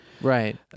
Right